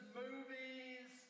movies